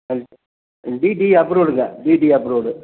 and DD அப்ரூவ்டுங்க DD approved